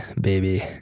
baby